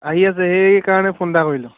আহি আছে সেইকাৰণে ফোন এটা কৰিলোঁ